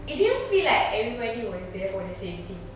it didn't feel like everybody was there for the same thing